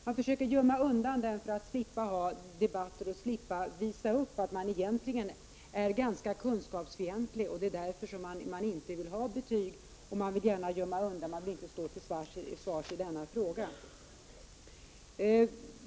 Man försöker gömma undan den för att slippa ta debatter och slippa visa upp att man egentligen är ganska kunskapsfientlig och att det är därför man inte vill ha betyg. Man vill inte stå till svars i denna fråga.